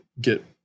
get